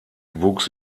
wuchs